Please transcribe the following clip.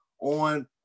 on